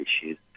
issues